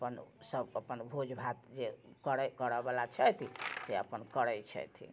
अपन सभ अपन भोज भात जे करै करऽवला छथि से अपन करै छथि